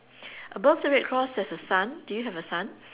above the red cross there's a sun do you have a sun